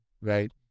right